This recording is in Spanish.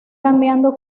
cambiando